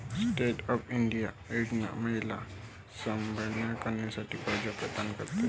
stand up India योजना महिला सबलीकरणासाठी कर्ज प्रदान करते